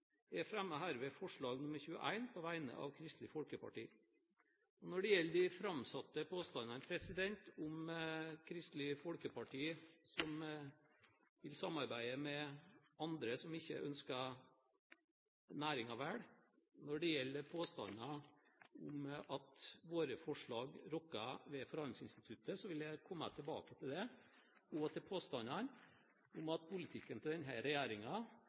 Jeg fremmer herved forslag nr. 21 på vegne av Kristelig Folkeparti. Når det gjelder de framsatte påstandene om Kristelig Folkeparti som vil samarbeide med andre som ikke ønsker næringen vel, påstander om at våre forslag rokker ved forhandlingsinstituttet, vil jeg komme tilbake til det, og også til påstandene om at politikken til